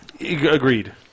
Agreed